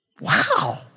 Wow